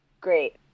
Great